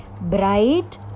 bright